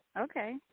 Okay